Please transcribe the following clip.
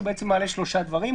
הוא מעלה שלושה דברים.